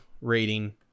rating